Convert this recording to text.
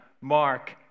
Mark